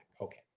okay